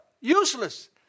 useless